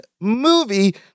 movie